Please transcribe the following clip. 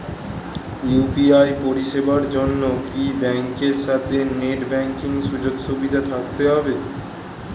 UPI পরিষেবার জন্য কি ব্যাংকের সাথে নেট ব্যাঙ্কিং সুযোগ সুবিধা থাকতে হবে?